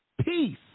peace